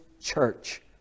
church